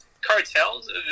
cartels